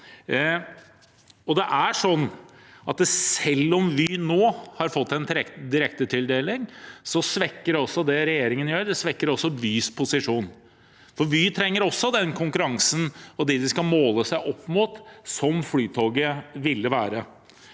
Selv om Vy nå har fått en direktetildeling, svekker det regjeringen gjør, også Vys posisjon. Vy trenger den konkurransen og dem de skal måle seg opp mot, som Flytoget ville vært.